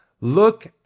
look